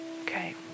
Okay